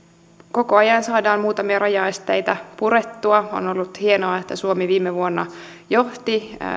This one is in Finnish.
koko ajan saadaan muutamia rajaesteitä purettua on ollut hienoa että suomi viime vuonna johti